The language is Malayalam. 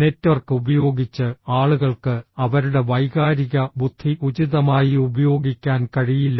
നെറ്റ്വർക്ക് ഉപയോഗിച്ച് ആളുകൾക്ക് അവരുടെ വൈകാരിക ബുദ്ധി ഉചിതമായി ഉപയോഗിക്കാൻ കഴിയില്ല